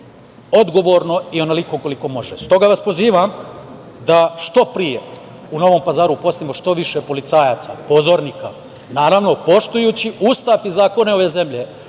odgovorno i onoliko koliko može. Stoga vas pozivam da što pre i Novom Pazaru uposlimo što više policajaca, pozornika, naravno, poštujući Ustav i zakone ove zemlje,